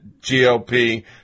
GOP